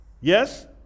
Yes